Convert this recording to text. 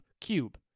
Cube